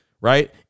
right